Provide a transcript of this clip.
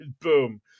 Boom